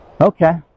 Okay